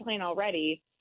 already